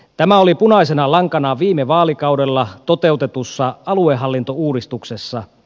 tämä oli punaisena lankana viime vaalikaudella toteutetussa aluehallintouudistuksessa